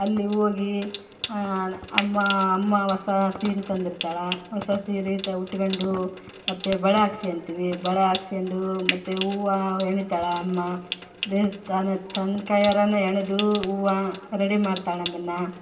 ಅಲ್ಲಿಗೆ ಹೋಗಿ ಅಮ್ಮ ಅಮ್ಮ ಹೊಸ ಸೀರೆ ತಂದಿರ್ತಾಳೆ ಹೊಸ ಸೀರೆ ತ ಉಟ್ಕೊಂಡು ಮತ್ತು ಬಳೆ ಹಾಕ್ಸ್ಕತೀವಿ ಬಳೆ ಹಾಕ್ಸ್ಕೊಂಡು ಮತ್ತೆ ಹೂವ ಹೆಣೀತಾಳ ಅಮ್ಮ ಬೇರೆ ತಾನೇ ತನ್ನ ಕೈಯಾರೆನೆ ಹೆಣೆದು ಹೂವ ರೆಡಿ ಮಾಡ್ತಾಳೆ ನಮ್ಮನ್ನು